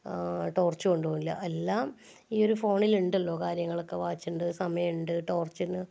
ടോർച്ചും കൊണ്ടു പോകില്ല എല്ലാം ഈ ഒരു ഫോണിലുണ്ടല്ലോ കാര്യങ്ങളൊക്കെ വാച്ചുണ്ട് സമയമുണ്ട് ടോർച്ചിനു